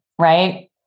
right